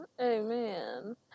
Amen